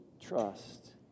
trust